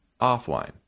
offline